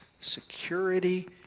security